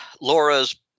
Laura's